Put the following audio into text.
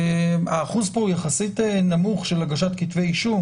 האחוז פה הוא יחסית נמוך של הגשת כתבי אישום,